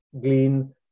Glean